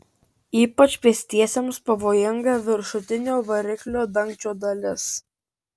ypač pėstiesiems pavojinga viršutinio variklio dangčio dalis